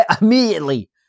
immediately